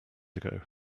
ago